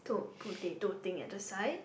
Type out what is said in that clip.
to~ potato thing at the side